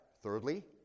Thirdly